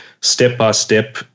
step-by-step